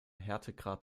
härtegrad